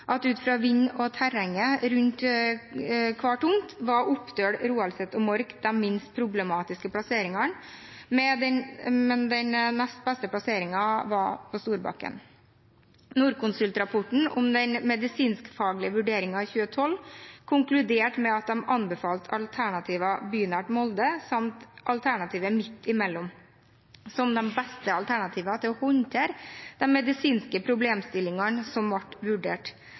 at ut fra vinden og terrenget rundt hver tomt var Opdøl, Roaldset og Mork de minst problematiske plasseringene, men den nest beste plasseringen var på Storbakken. Norconsult-rapporten om den medisinsk-faglige vurderingen i 2012 konkluderte med at de anbefalte alternativer bynært Molde samt alternativet midt imellom som de beste alternativene for å håndtere de medisinske problemstillingene som ble vurdert.